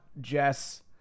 Jess